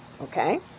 Okay